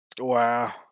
Wow